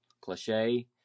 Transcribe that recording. cliche